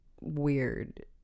weird